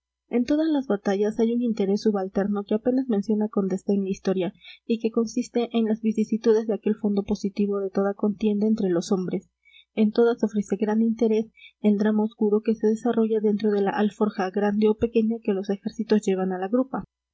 en todas las batallas hay un interés subalterno que apenas menciona con desdén la historia y que consiste en las vicisitudes de aquel fondo positivo de toda contienda entre los hombres en todas ofrece gran interés el drama oscuro que se desarrolla dentro de la alforja grande o pequeña que los ejércitos llevan a la grupa